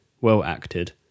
well-acted